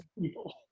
people